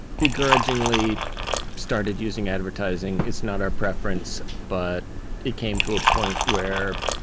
begrudgingly started using advertising. it's not our preference, but it came to a point where